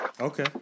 Okay